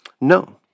No